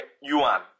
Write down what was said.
yuan